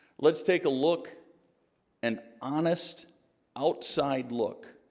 let's take a look an honest outside look